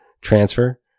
Transfer